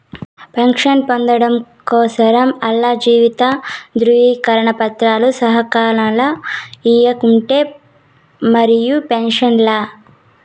pension పొందడం కోసరం ఆల్ల జీవిత ధృవీకరన పత్రాలు సకాలంల ఇయ్యకుంటే మరిక పెన్సనే లా